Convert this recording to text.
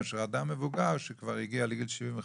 מאשר אדם מבוגר שכבר הגיע לגיל 75 ומעלה,